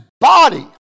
body